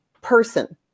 person